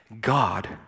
God